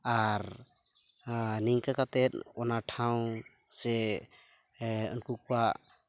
ᱟᱨ ᱱᱤᱝᱠᱟ ᱠᱟᱛᱮᱫ ᱚᱱᱟ ᱴᱷᱟᱶ ᱥᱮ ᱩᱱᱠᱩ ᱠᱚᱣᱟᱜ